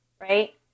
right